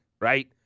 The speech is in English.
right